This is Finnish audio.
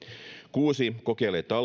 kuusi kokeilee